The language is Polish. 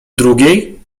drugiej